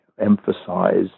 emphasize